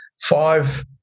five